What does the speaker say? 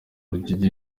rugege